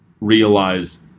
realize